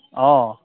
অঁ